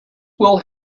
will